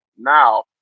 now